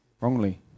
wrongly